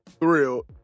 thrilled